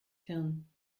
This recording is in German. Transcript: hirn